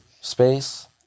space